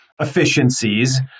efficiencies